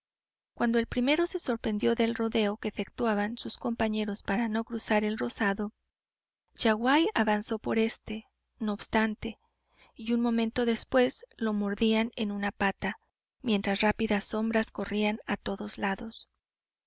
cuando el primero se sorprendió del rodeo que efectuaban sus compañeros para no cruzar el rozado yaguaí avanzó por éste no obstante y un momento después lo mordian en una pata mientras rápidas sombras corrían a todos lados